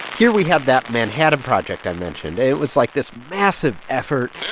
here we have that manhattan project i mentioned. it was, like, this massive effort